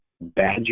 Badger